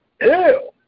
Ew